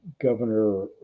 Governor